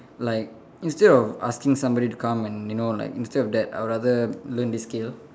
like instead of asking somebody to come and you know like instead of that I'll rather learn this skill